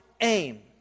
aim